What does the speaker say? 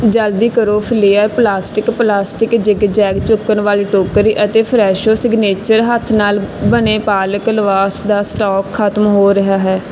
ਜਲਦੀ ਕਰੋ Flair plastic plastic zigzag ਚੁੱਕਣ ਵਾਲੀ ਟੋਕਰੀ ਅਤੇ ਫਰੈਸ਼ੋ ਸਿਗਨੇਚਰ ਹੱਥ ਨਾਲ ਬਣੇ ਪਾਲਕ ਲਾਵਾਸ਼ ਦਾ ਸਟਾਕ ਖਤਮ ਹੋ ਰਿਹਾ ਹੈ